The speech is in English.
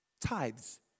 Tithes